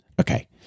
Okay